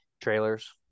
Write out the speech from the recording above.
trailers